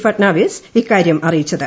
ഫട്നാവിസ് ഇക്കാര്യം അറിയിച്ചത്